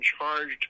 charged